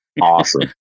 Awesome